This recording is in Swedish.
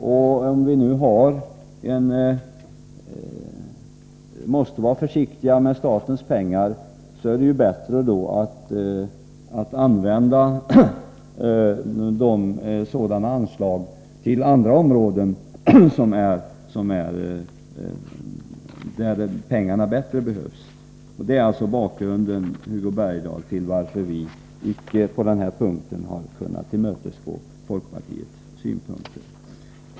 Eftersom vi nu måste vara försiktiga med statens pengar, är det bättre att använda sådana anslag till områden där de bättre behövs. Det är alltså bakgrunden, Hugo Bergdahl, till att vi på denna punkt icke har kunnat tillmötesgå folkpartiets önskemål.